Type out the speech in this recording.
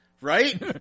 right